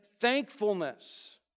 thankfulness